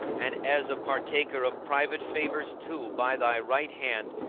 and as a partaker of private favours too, by thy right hand,